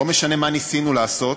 לא משנה מה ניסינו לעשות,